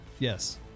yes